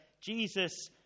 Jesus